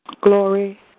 Glory